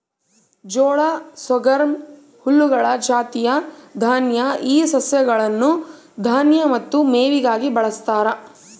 ಜೋಳ ಸೊರ್ಗಮ್ ಹುಲ್ಲುಗಳ ಜಾತಿಯ ದಾನ್ಯ ಈ ಸಸ್ಯಗಳನ್ನು ದಾನ್ಯ ಮತ್ತು ಮೇವಿಗಾಗಿ ಬಳಸ್ತಾರ